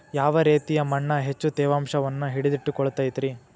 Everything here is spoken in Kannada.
ಯಾವ ರೇತಿಯ ಮಣ್ಣ ಹೆಚ್ಚು ತೇವಾಂಶವನ್ನ ಹಿಡಿದಿಟ್ಟುಕೊಳ್ಳತೈತ್ರಿ?